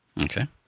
Okay